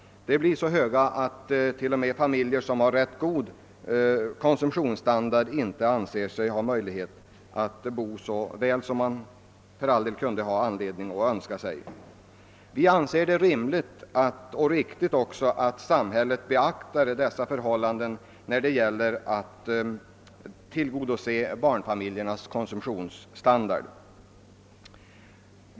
Dessa kostnader blir så höga att t.o.m. familjer som har en ganska god konsumtionsstandard inte anser sig ha möjlighet att bo så bra som de kunde ha anledning till. Vi anser det rimligt och riktigt att samhället beaktar dessa förhållanden när det gäller att tillgodose barnfamiljernas konsumtionsstandard.